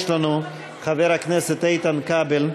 אה, כאן יש לנו חבר הכנסת איתן כבל,